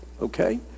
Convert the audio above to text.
okay